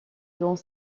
dans